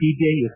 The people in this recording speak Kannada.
CBI S